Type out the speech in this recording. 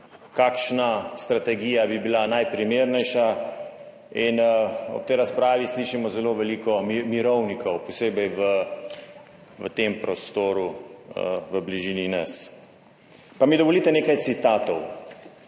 kakšna strategija bi bila najprimernejša in ob tej razpravi slišimo zelo veliko mirovnikov, posebej v tem prostoru v bližini nas. Pa mi dovolite nekaj citatov.